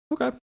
Okay